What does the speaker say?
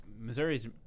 Missouri's